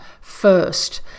first